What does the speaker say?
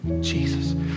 Jesus